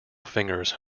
fingers